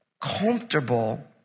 comfortable